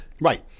Right